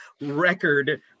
record